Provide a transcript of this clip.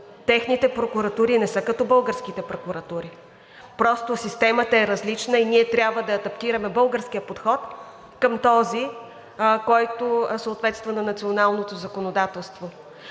техните прокуратури не са като българските прокуратури, просто системата е различна. Ние трябва да адаптираме българския подход към този, който съответства на националното законодателство.